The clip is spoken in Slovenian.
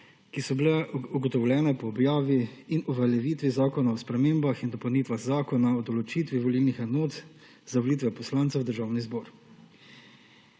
ki so bile ugotovljene po objavi in uveljavitvi Zakona o spremembah in dopolnitvah Zakona o določitvi volilnih enot za volitve poslancev v Državni zbor.